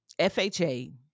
FHA